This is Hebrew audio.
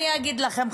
אני אגיד לכם,